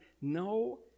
no